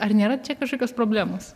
ar nėra čia kažkokios problemos